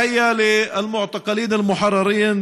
(אומר בערבית: ברכות לעצורים המשוחררים,